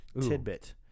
tidbit